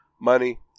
money